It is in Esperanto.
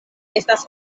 estas